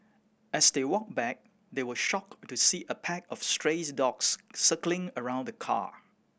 as they walked back they were shocked to see a pack of stray dogs circling around the car